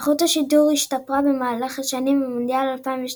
איכות השידור השתפרה במהלך השנים, ובמונדיאל 2002